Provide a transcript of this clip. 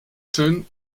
schön